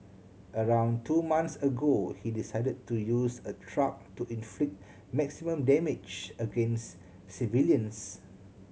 around two months ago he decided to use a truck to inflict maximum damage against civilians